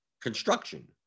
construction